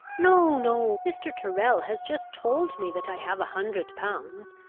no, no. mr. tyrrel has just told me that i have a hundred pounds.